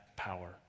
power